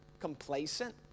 complacent